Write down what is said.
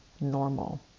normal